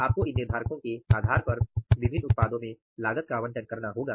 आपको इन निर्धारकों के आधार पर विभिन्न उत्पादों में लागत का आवंटन करना होगा